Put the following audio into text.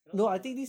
cannot stop [one]